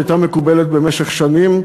שהייתה מקובלת במשך שנים,